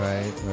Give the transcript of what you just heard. Right